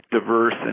diverse